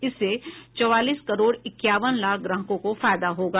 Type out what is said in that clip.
इससे चौवालीस करोड़ इक्यावन लाख ग्राहकों को फायदा होगा